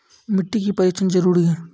मिट्टी का परिक्षण जरुरी है?